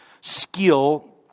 skill